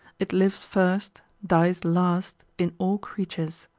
it lives first, dies last in all creatures.